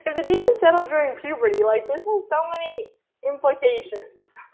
and the daemons settle during puberty like this has so many implications.